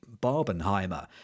barbenheimer